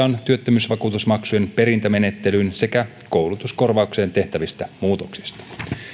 on työttömyysvakuutusmaksujen perintämenettelyyn sekä koulutuskorvaukseen tehtävistä muutoksista